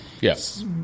Yes